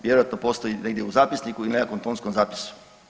Vjerojatno postoji negdje u zapisniku ili nekakvom tonskom zapisu.